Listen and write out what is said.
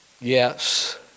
Yes